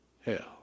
hell